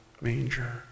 manger